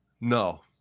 No